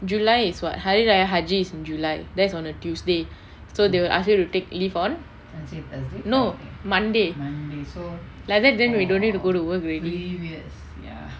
july it's what hari raya haji is in july that's on a tuesday so they will ask you to take leave on no monday like that then we don't need to go work already